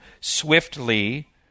swiftly